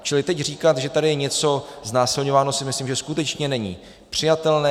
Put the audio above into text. Čili teď říkat, že tady je něco znásilňováno, si myslím, že skutečně není přijatelné.